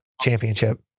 championship